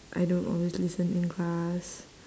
I don't always listen in class